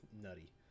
nutty